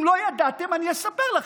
אם לא ידעתם, אני אספר לכם.